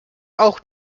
auch